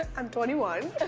i'm twenty one.